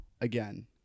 again